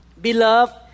Beloved